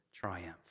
triumph